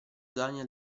daniel